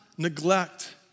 Neglect